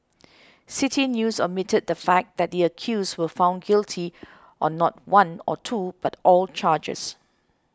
City News omitted the fact that the accused were found guilty on not one or two but all charges